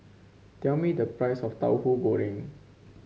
tell me the price of Tahu Goreng